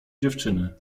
dziewczyny